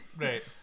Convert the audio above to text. right